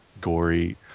gory